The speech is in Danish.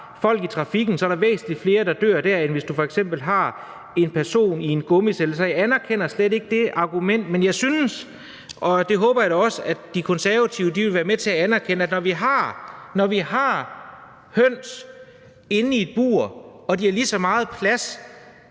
folk i trafikken, er der væsentlig flere, der dør der, end hvis du f.eks. har en person i en gummicelle. Så jeg anerkender slet ikke det argument. Men jeg synes – og det håber jeg da også at De Konservative vil være med til at anerkende – at når vi har høns inde i et bur og de har lige så meget plads